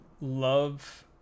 love